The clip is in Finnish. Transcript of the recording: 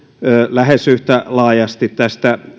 lähes yhtä laajasti tästä